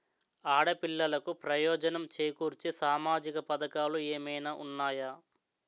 ఆడపిల్లలకు ప్రయోజనం చేకూర్చే సామాజిక పథకాలు ఏమైనా ఉన్నాయా?